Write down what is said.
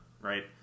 right